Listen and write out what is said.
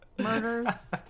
murders